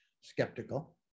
skeptical